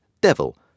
devil